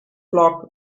flock